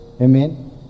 Amen